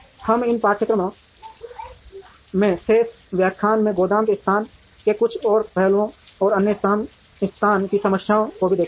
हम इस पाठ्यक्रम में शेष व्याख्यान में गोदाम के स्थान के कुछ और पहलुओं और अन्य स्थान की समस्याओं को भी देखेंगे